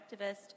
activist